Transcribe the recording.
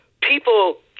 People